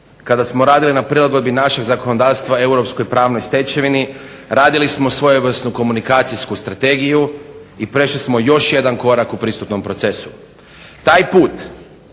kada smo radili na prilagodbi našeg zakonodavstva europskoj pravnoj stečevini radili smo svojevrsnu komunikacijsku strategiju i prešli smo još jedan korak u pristupnom procesu. Taj put,